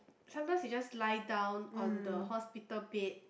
sometimes he just lie down on the hospital bed